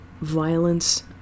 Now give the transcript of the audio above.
Violence